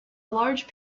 large